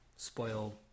Spoil